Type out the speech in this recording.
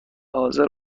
حاضر